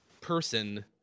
person